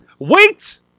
wait